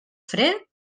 fred